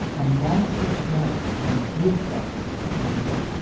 a monster smash on both sides of the atlantic.